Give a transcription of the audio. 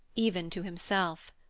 even to himself.